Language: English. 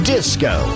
Disco